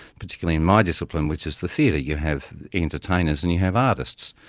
particularly in my discipline which is the theatre, you have entertainers and you have artists.